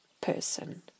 person